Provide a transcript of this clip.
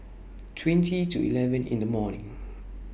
twenty to eleven in The morning